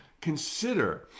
consider